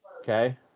Okay